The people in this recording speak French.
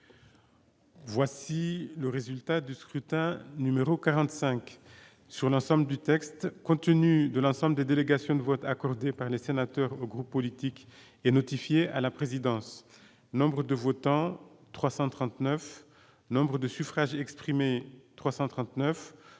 Voici le résultat du scrutin numéro 45 sur l'ensemble du texte, compte tenu de l'ensemble des délégations de vote accordé par les sénateurs du groupe politique et notifié à la présidence Nombre de votants : 339 Nombre de suffrages exprimés 339